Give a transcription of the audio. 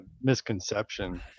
misconception